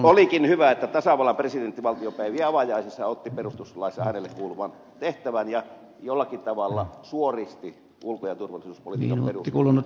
olikin hyvä että tasavallan presidentti valtiopäivien avajaisissa otti perustuslaissa hänelle kuuluvan tehtävän ja jollakin tavalla suoristi ulko ja turvallisuuspolitiikan peruslinjan